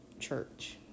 church